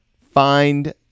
find